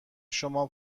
شما